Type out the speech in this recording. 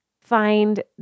find